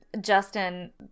Justin